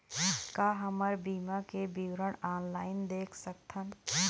का हमर बीमा के विवरण ऑनलाइन देख सकथन?